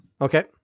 Okay